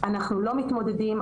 אנחנו לא מתמודדים.